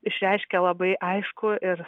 išreiškia labai aiškų ir